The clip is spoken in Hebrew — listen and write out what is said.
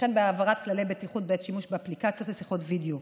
וכן בהעברת כללי בטיחות בעת שימוש באפליקציות לשיחות וידיאו.